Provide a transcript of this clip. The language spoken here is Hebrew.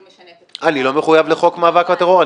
הוא משנה --- אני לא מחויב לחוק המאבק בטרור.